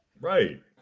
Right